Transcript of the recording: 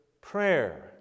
prayer